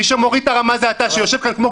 מי שמוריד את הרמה זה אתה שיושב כאן כמו